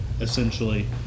essentially